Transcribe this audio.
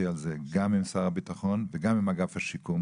על כל מה שאמרת פה גם עם שר הביטחון וגם עם שר השיכון.